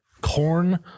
corn